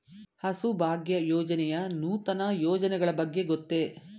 ಹಸುಭಾಗ್ಯ ಯೋಜನೆಯ ನೂತನ ಯೋಜನೆಗಳ ಬಗ್ಗೆ ಗೊತ್ತೇ?